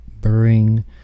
bring